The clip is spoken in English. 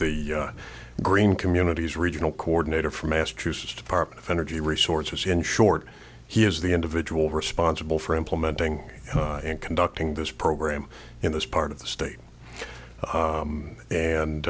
the green communities regional coordinator for massachusetts department of energy resources in short he is the individual responsible for implementing and conducting this program in this part of the state